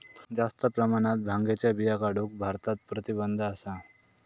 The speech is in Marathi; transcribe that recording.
जास्त प्रमाणात भांगेच्या बिया काढूक भारतात प्रतिबंध असा